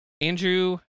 Andrew